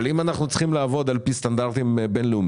אבל אם אנחנו צריכים לעבוד על פי סטנדרטים בינלאומיים,